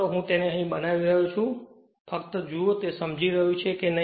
હું તેને અહીં બનાવી રહ્યો છું ફક્ત તે જુઓ કે તે સમજી રહ્યું છે કે નહીં